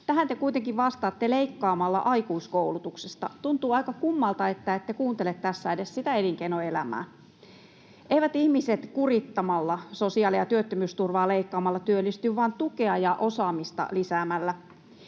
Tähän te kuitenkin vastaatte leikkaamalla aikuiskoulutuksesta. Tuntuu aika kummalta, että ette kuuntele tässä edes sitä elinkeinoelämää. Eivät ihmiset kurittamalla, sosiaali- ja työttömyysturvaa leikkaamalla työllisty, vaan tukea ja osaamista lisäämällä.